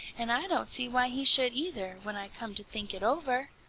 and i don't see why he should either, when i come to think it over.